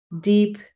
deep